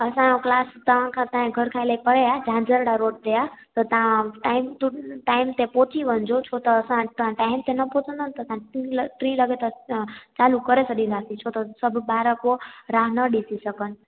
असांजो क्लास तव्हांखां तव्हांजे घर खां इलाही परे आहे झांझरिया रोड ते आहे त तव्हां टाइम टू टाइम ते पहुंची वञिजो छो त असां इतां टाइम ते न पहुचदा त टी लॻे त चालू करे छॾींदासी छो त सभु ॿार पोइ राह न ॾिसी सघनि